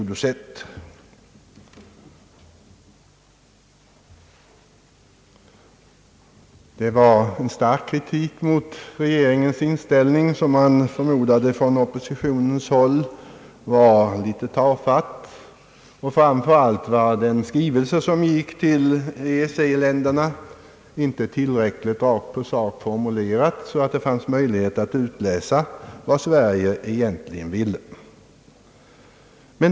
Det var en stark kritik mot regeringens inställning. Från oppositionens håll menade man att regeringens handlande var tafatt. Den skrivelse som gick till EEC-länderna var inte tillräckligt rakt på sak och så formulerad att det fanns möjligheter att utläsa vad Sverige egentligen ville.